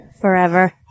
forever